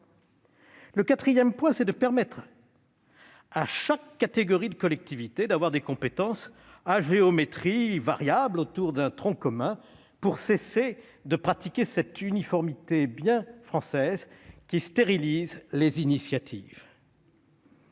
Le quatrième point, c'est de permettre à chaque catégorie de collectivités territoriales d'avoir des compétences à géométrie variable, autour d'un tronc commun. Il faut mettre un terme à cette uniformité bien française qui stérilise les initiatives.